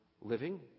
living